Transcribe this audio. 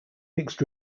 mixed